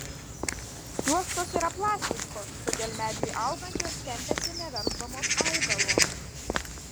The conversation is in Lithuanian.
juostos yra plastiškos todėl medžiui augant jos tempiasi neverždamos augalo